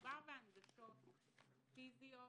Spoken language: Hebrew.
כשמדובר בהנגשות פיזיות,